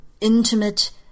intimate